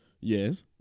yes